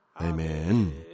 Amen